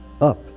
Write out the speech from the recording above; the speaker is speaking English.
up